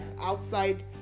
outside